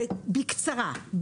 בקצרה,